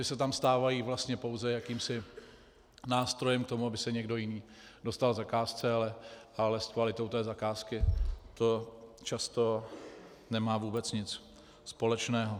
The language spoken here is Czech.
Ti se tam stávají vlastně pouze jakýmsi nástrojem k tomu, aby se někdo jiný dostal k zakázce, ale s kvalitou zakázky to často nemá vůbec nic společného.